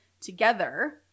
together